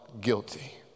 guilty